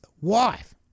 wife